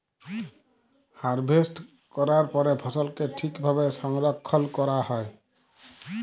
harvest ক্যরার পরে ফসলকে ঠিক ভাবে সংরক্ষল ক্যরা হ্যয়